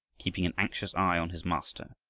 keeping an anxious eye on his master,